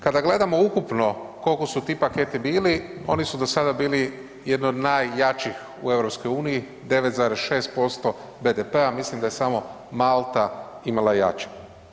Kada gledamo ukupno koliko su ti paketi bili, oni su do sada bili jedno od najjačih u EU 9,6% BDP-a, a mislim da je samo Malta imala jači.